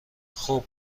خوب